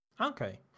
Okay